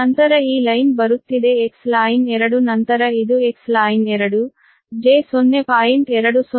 ನಂತರ ಈ ಲೈನ್ ಬರುತ್ತಿದೆ Xline 2 ನಂತರ ಇದು Xline 2 j0